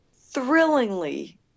thrillingly